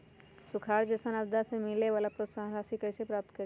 सुखार जैसन आपदा से मिले वाला प्रोत्साहन राशि कईसे प्राप्त करी?